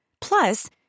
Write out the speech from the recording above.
Plus